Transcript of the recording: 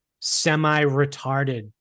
semi-retarded